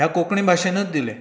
ह्या कोंकणी भाशेनच दिलें